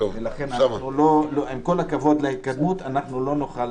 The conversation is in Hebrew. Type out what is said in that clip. אבל עם כל הכבוד להתקדמות אנחנו לא נוכל